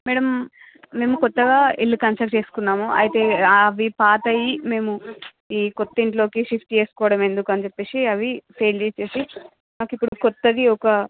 madam మేము కొత్తగా ఇల్లు కన్స్ట్రక్ట్ చేసుకున్నాము అయితే అవి పాతవి మేము ఈ కొత్త ఇంట్లోకి షిఫ్ట్ చేసుకోవడం ఎందుకని చెప్పి అవి ఫ్రెండ్ కిచ్చేసి మాకు ఇప్పుడు కొత్తవి ఒక